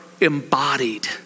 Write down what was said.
embodied